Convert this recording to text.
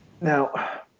now